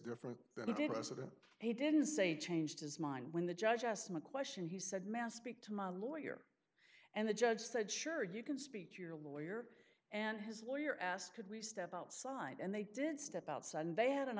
president he didn't say change his mind when the judge asked him a question he said mass speak to my lawyer and the judge said sure you can speak to your lawyer and his lawyer asked could we step outside and they did step outside and they had an